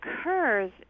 occurs